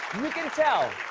can tell.